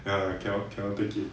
ya cannot cannot take it